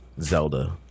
Zelda